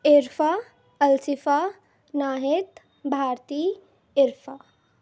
Arafah Alshifa Nahid Bharti Arafah